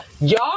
Y'all